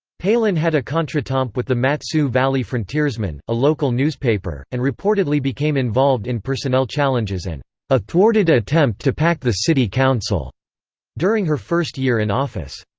palin had a contretemps with the mat-su valley frontiersman, a local newspaper, and reportedly became involved in personnel challenges and a thwarted attempt to pack the city council during her first year in office.